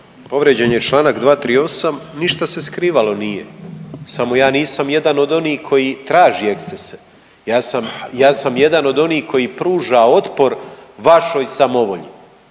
Povrijeđen je Članak 238., ništa se skrivalo nije. Samo ja nisam jedan od onih koji traži ekscese. Ja sam jedan od onih koji pruža otpor vašoj samovolji,